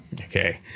okay